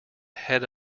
head